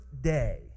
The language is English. day